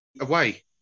away